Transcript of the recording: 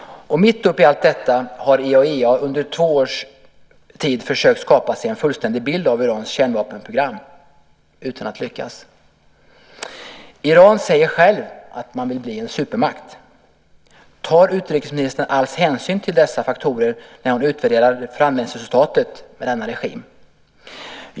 Mitt uppe i allt detta har IAEA under två års tid försökt skapa sig en fullständig bild av Irans kärnvapenprogram utan att lyckas. Iran säger självt att man vill bli en supermakt. Tar utrikesministern alls hänsyn till dessa faktorer när hon utvärderar förhandlingsresultat vad gäller denna regim?